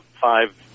five